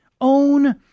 Own